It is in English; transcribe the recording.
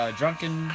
drunken